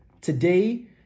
Today